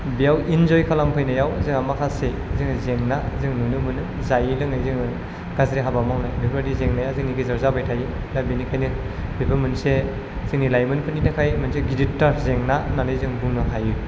बेयाव इन्जय खालामफैनायाव जोंहा माखासे जेंना जों नुनो मोनो जायै लोङै जोङो गाज्रि हाबा मावनाय बेफोर बायदि जेंनाया जोंनि गेजेराव जाबाय थायो दा बिनिखायनो बेबो मोनसे जोंनि लाइमोनफोरनि थाखाय मोनसे गिदिरथार जेंना होननानै जों बुंनो हायो